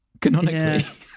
canonically